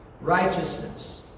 Righteousness